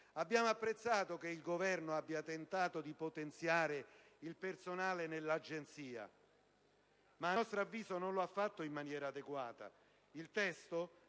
Abbiamo apprezzato che il Governo abbia tentato di potenziare il personale nell'Agenzia, ma - a nostro avviso - esso non l'ha fatto in maniera adeguata. Il testo